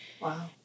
Wow